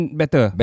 better